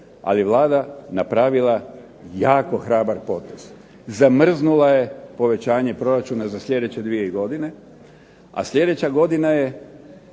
je Vlada napravila jako hrabar potez. Zamrznula je povećanje proračuna za sljedeće dvije godine, s sljedeća godina je